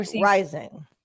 rising